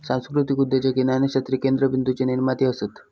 सांस्कृतीक उद्योजक हे ज्ञानशास्त्रीय केंद्रबिंदूचे निर्माते असत